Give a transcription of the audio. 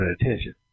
attention